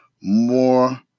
more